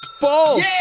False